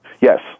Yes